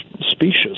specious